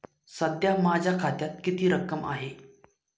सध्या माझ्या खात्यात किती रक्कम आहे?